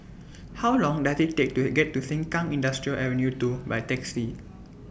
How Long Does IT Take to He get to Sengkang Industrial Avenue two By Taxi